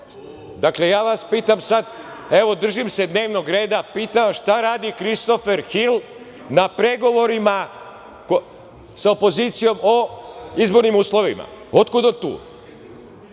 moliti. Dakle, ja vas pitam sad, evo držim se dnevnog reda, pitam - šta radi Kristofer Hil na pregovorima sa opozicijom o izbornim uslovima? Otkud on tu?